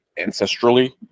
ancestrally